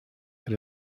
that